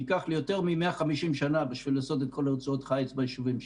ייקח לי יותר מ-150 שנה בשביל לעשות את כל רצועות החיץ ביישובים שלי.